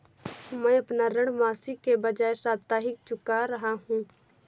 मैं अपना ऋण मासिक के बजाय साप्ताहिक चुका रहा हूँ